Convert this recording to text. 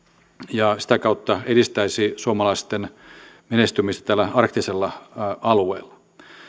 ja sitä kautta edistäisi suomalaisten menestymistä arktisella alueella